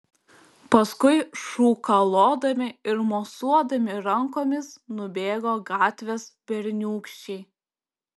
paskui šūkalodami ir mosuodami rankomis nubėgo gatvės berniūkščiai